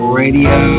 radio